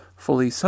fully